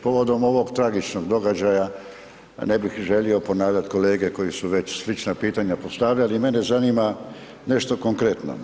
Povodom ovog tragičnog događaja, ne bih želio ponavljati kolege koji su već slična pitanja postavljali, mene zanima nešto konkretno.